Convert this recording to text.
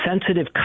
sensitive